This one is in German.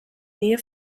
nähe